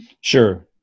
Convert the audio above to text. Sure